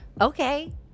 Okay